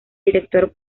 director